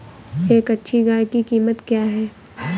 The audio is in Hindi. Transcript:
एक अच्छी गाय की कीमत क्या है?